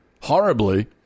horribly